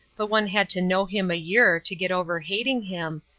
but one had to know him a year to get over hating him,